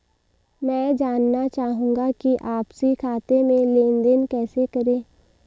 मैं जानना चाहूँगा कि आपसी खाते में लेनदेन कैसे करें?